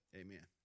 amen